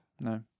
no